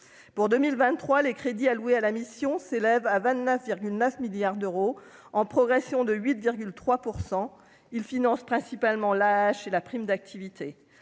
pour 2023, les crédits alloués à la mission s'élève à 29,9 milliards d'euros, en progression de 8,3 pour 100, il finance principalement la chez la prime d'activité,